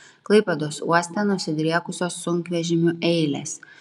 klaipėdos uoste nusidriekusios sunkvežimių eilės